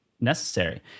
necessary